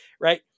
right